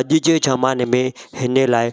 अॼु जे ज़माने में हिन लाइ